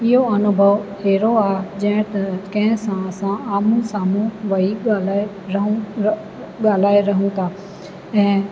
इहो अनुभव अहिड़ो आहे जे त कंहिं सां असां आम्हूं साम्हूं वही ॻाल्हाए रहूं र ॻाल्हाए रहूं था ऐं